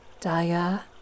Daya